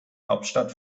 hauptstadt